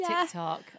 tiktok